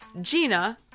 Gina